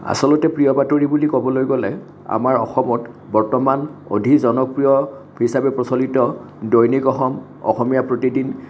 আচলতে প্ৰিয় বাতৰি বুলি ক'বলৈ গ'লে আমাৰ অসমত বৰ্তমান অধিক জনপ্ৰিয় হিচাপে প্ৰচলিত দৈনিক অসম অসমীয়া প্ৰতিদিন